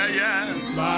yes